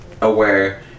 aware